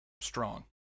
strong